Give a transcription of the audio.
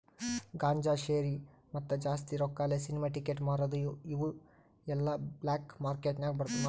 ಗಾಂಜಾ, ಶೇರಿ, ಮತ್ತ ಜಾಸ್ತಿ ರೊಕ್ಕಾಲೆ ಸಿನಿಮಾ ಟಿಕೆಟ್ ಮಾರದು ಇವು ಎಲ್ಲಾ ಬ್ಲ್ಯಾಕ್ ಮಾರ್ಕೇಟ್ ನಾಗ್ ಮಾರ್ತಾರ್